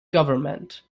government